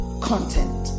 content